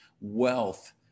wealth